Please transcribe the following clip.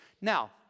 now